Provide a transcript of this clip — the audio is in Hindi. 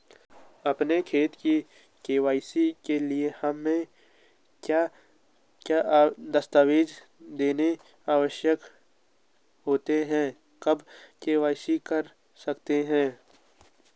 अपने खाते की के.वाई.सी के लिए हमें क्या क्या दस्तावेज़ देने आवश्यक होते हैं कब के.वाई.सी करा सकते हैं?